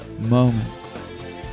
moment